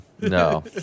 No